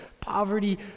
poverty